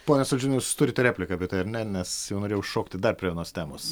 pone saldžiūnai jūs turit repliką apie tai ar ne nes jau norėjau šokti dar prie vienos temos